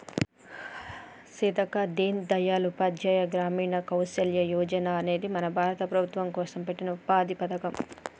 సీతక్క దీన్ దయాల్ ఉపాధ్యాయ గ్రామీణ కౌసల్య యోజన అనేది మన భారత ప్రభుత్వం కోసం పెట్టిన ఉపాధి పథకం